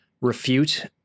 refute